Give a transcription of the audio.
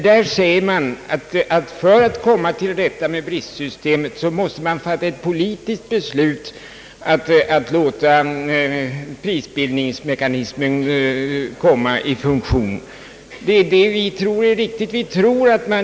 Där säger man, att man för att komma till rätta med bristsystemet måste fatta ett politiskt beslut om att låta prisbildningsmekanismen komma i funktion. Det är det vi tror är riktigt.